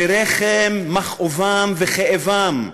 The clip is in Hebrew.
מרחם מכאובם וכאבם?